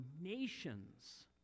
nations